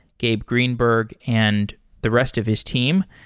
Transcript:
gabe greenberg, and the rest of his team.